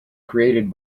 created